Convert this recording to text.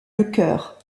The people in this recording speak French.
lecœur